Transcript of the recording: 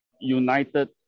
united